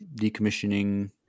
decommissioning